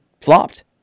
flopped